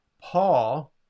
Paul